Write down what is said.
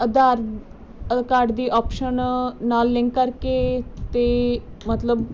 ਅਧਾਰ ਅ ਕਾਰਡ ਦੀ ਆਪਸ਼ਨ ਨਾਲ ਲਿੰਕ ਕਰਕੇ ਅਤੇ ਮਤਲਬ